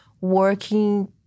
working